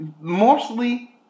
mostly